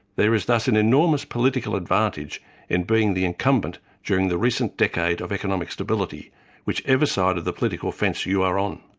there is thus an enormous political advantage in being the incumbent during the recent decade of economic stability whichever side of the political fence you are on.